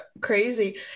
crazy